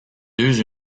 deux